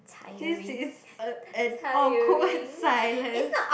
since it's a an awkward silence